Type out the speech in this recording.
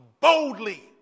boldly